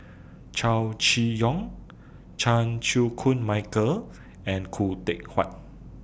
Chow Chee Yong Chan Chew Koon Michael and Khoo Teck Puat